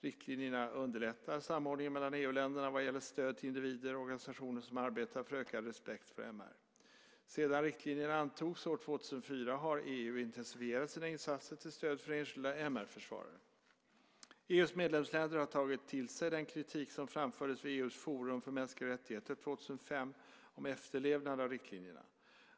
Riktlinjerna underlättar samordningen mellan EU-länderna vad gäller stöd till individer och organisationer som arbetar för ökad respekt för MR. Sedan riktlinjerna antogs år 2004 har EU intensifierat sina insatser till stöd för enskilda MR-försvarare. EU:s medlemsländer har tagit till sig den kritik som framfördes vid EU:s forum för mänskliga rättigheter 2005 om efterlevnad av riktlinjerna.